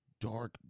dark